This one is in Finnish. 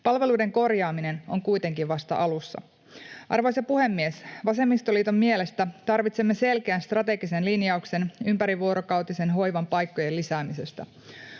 Palveluiden korjaaminen on kuitenkin vasta alussa. Arvoisa puhemies! Vasemmistoliiton mielestä tarvitsemme selkeän strategisen linjauksen ympärivuorokautisen hoivan paikkojen lisäämisestä.